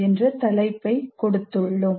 என்ற தலைப்பை கொடுத்துள்ளோம்